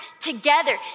together